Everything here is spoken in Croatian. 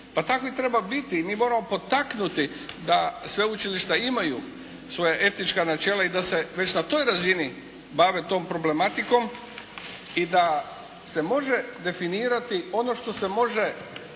Pa takvi treba biti i mi moramo potaknuti da sveučilišta imaju svoja etička načela i da se već na toj razini bave tom problematikom i da se može definirati ono što se može